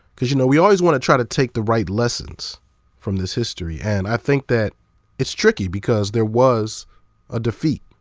cause you know, we always want to try to take the right lessons from this history. and i think that it's tricky because there was a defeat.